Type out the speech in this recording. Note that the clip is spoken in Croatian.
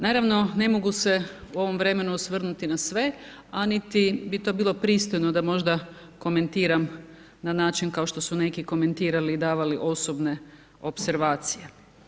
Naravno ne mogu se u ovom vremenu osvrnuti na sve, a niti bi to bilo pristojno da možda komentiram na način kao što su neki komentirali i davali osobne opservacije.